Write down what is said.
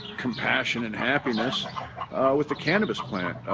compassion and happiness with the cannabis plant,